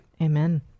Amen